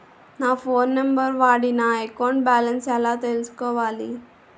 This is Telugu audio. నా ఫోన్ నంబర్ వాడి నా అకౌంట్ బాలన్స్ ఎలా తెలుసుకోవాలి?